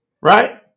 right